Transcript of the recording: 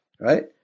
right